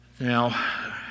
Now